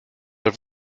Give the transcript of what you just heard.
der